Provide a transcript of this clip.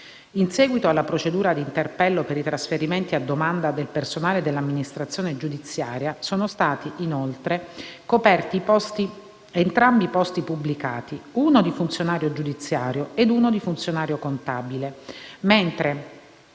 In seguito alla procedura di interpello per i trasferimenti a domanda del personale dell'amministrazione giudiziaria sono stati, inoltre, coperti entrambi i posti pubblicati (uno di funzionario giudiziario ed uno di funzionario contabile), mentre